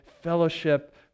fellowship